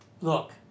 look